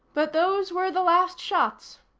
but those were the last shots.